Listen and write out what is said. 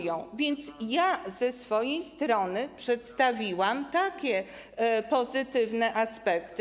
Ja ze swojej strony przedstawiłam takie pozytywne aspekty.